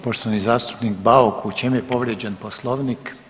Poštovani zastupnik Bauk u čem je povrijeđen Poslovnik?